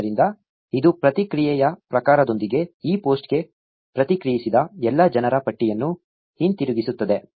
ಆದ್ದರಿಂದ ಇದು ಪ್ರತಿಕ್ರಿಯೆಯ ಪ್ರಕಾರದೊಂದಿಗೆ ಈ ಪೋಸ್ಟ್ಗೆ ಪ್ರತಿಕ್ರಿಯಿಸಿದ ಎಲ್ಲ ಜನರ ಪಟ್ಟಿಯನ್ನು ಹಿಂತಿರುಗಿಸುತ್ತದೆ